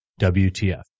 WTF